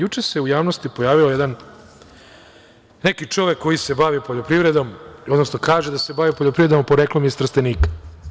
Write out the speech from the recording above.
Juče se u javnosti pojavio jedan čovek koji se bavi poljoprivredom, odnosno kaže da se bavi poljoprivredom, a poreklom je iz Trstenika.